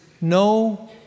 no